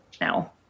now